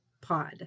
Pod